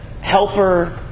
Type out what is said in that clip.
helper